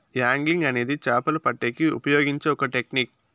angling అనేది చాపలు పట్టేకి ఉపయోగించే ఒక టెక్నిక్